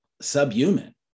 subhuman